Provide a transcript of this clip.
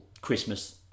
Christmas